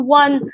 one